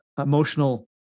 emotional